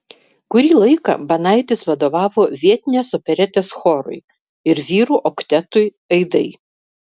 kurį laiką banaitis vadovavo vietinės operetės chorui ir vyrų oktetui aidai